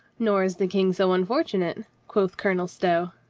nor is the king so unfortunate, quoth colonel stow.